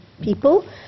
people